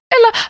Ella